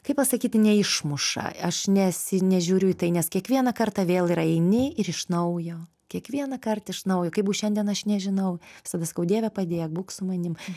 kaip pasakyt neišmuša aš nesi nežiūriu į tai nes kiekvieną kartą vėl ir eini ir iš naujo kiekvieną kartą iš naujo kaip bus šiandien aš nežinau visada sakau dieve padėk būk su manim